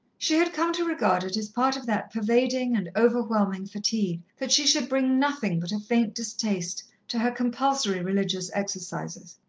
she had come to regard it as part of that pervading and overwhelming fatigue, that she should bring nothing but a faint distaste to her compulsory religious exercises.